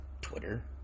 Twitter